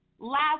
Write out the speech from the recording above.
Last